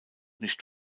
nicht